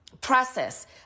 process